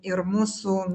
ir mūsų